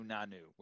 NaNu